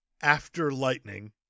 after-lightning